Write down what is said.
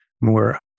more